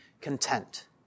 content